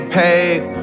paid